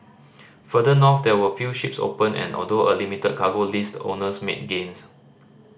further north there were few ships open and although a limited cargo list owners made gains